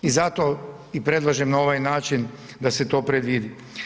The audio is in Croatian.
I zato i predlažem na ovaj način da se to predvidi.